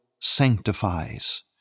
sanctifies